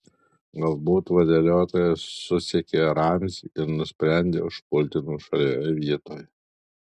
galbūt vadeliotojas susekė ramzį ir nusprendė užpulti nuošalioje vietoje